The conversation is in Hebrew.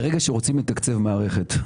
ברגע שרוצים לתקצב מערכת,